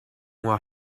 while